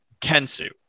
Kensu